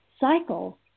cycle